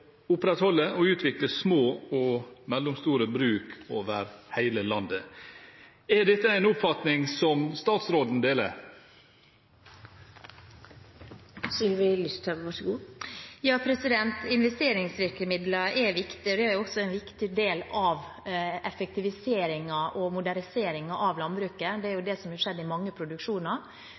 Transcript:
opprettholde og å utvikle små og mellomstore bruk over hele landet. Er dette en oppfatning som statsråden deler? Ja, investeringsvirkemidler er viktig. Det er også en viktig del av effektiviseringen og moderniseringen av landbruket. Det er jo det som har skjedd i mange produksjoner.